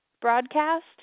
broadcast